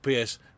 PS